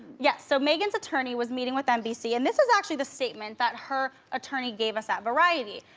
yes, so megyn's attorney was meeting with nbc and this is actually the statement that her attorney gave us at variety.